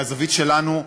מהזווית שלנו,